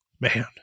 Man